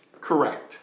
correct